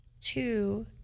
two